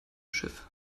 schiff